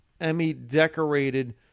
Emmy-decorated